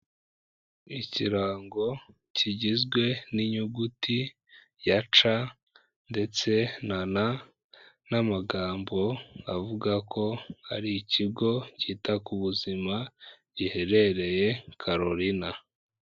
Ikirango kigizwe n'inyuguti ya ca ndetse na na n'amagambo avuga ko hari ikigo cyita ku buzima giherereye Carolina.